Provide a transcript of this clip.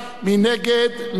מי נמנע?